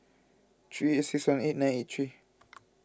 three eight six one eight nine eight three